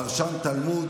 פרשן תלמוד,